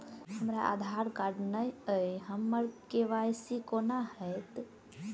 हमरा आधार कार्ड नै अई हम्मर के.वाई.सी कोना हैत?